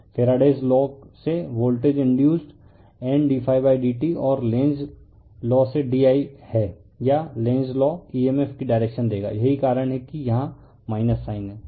तो Faraday's law से voltage induced N ddt और लेन्ज d I है या लेन्ज लॉ emf की डायरेक्शन देगा यही कारण है कि यहां साइन है